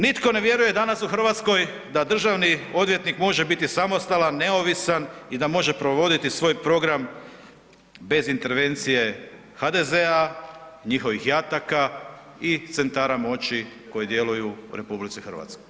Nitko ne vjeruje danas u Hrvatskoj da državni odvjetnik može biti samostalan, neovisan i da može provoditi svoj program bez intervencije HDZ-a, njihovih jataka i centara moći koji djeluju u RH.